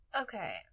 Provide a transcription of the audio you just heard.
Okay